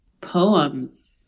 poems